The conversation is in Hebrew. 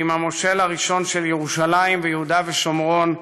ועם המושל הראשון של ירושלים ויהודה ושומרון,